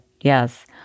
Yes